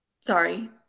sorry